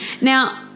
Now